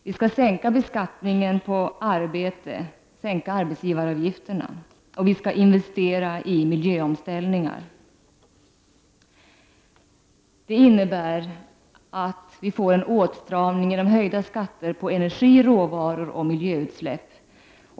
Vi skall sänka skatten på arbete och sänka arbetsgivaravgifter. Vi skall investera i miljöomställningar. Det innebär att vi får en åtstramning med höjda skatter på energiråvaror och miljöutsläpp.